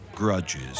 grudges